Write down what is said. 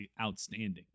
outstanding